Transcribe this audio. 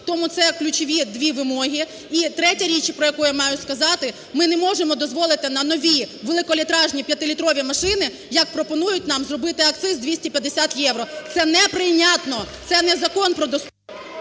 Тому це ключові дві вимоги. І третя річ, про яку я маю сказати. Ми не можемо дозволити на новівеликолітражні п'ятилітрові машини, як пропонують нам, зробити акциз 250 євро. Це неприйнятно! Це не закон… ГОЛОВУЮЧИЙ.